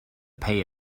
pay